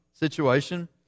situation